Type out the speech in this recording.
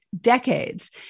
decades